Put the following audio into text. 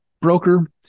broker